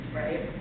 right